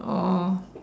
oh